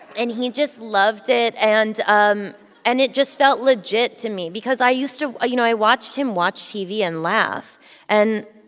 and he just loved it. and um and it just felt legit to me because i used to you know, i watched him watch tv and laugh and,